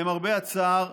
למרבה הצער,